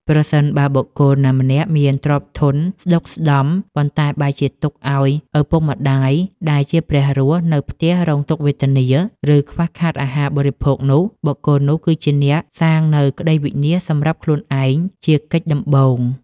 ប្រសិនបើបុគ្គលណាម្នាក់មានទ្រព្យធនស្ដុកស្ដម្ភ ប៉ុន្តែបែរជាទុកឱ្យឪពុកម្ដាយដែលជា ព្រះរស់ នៅផ្ទះរងទុក្ខវេទនា ឬខ្វះខាតអាហារបរិភោគនោះ បុគ្គលនោះគឺជាអ្នកសាងនូវក្ដីវិនាសសម្រាប់ខ្លួនឯងជាកិច្ចដំបូង។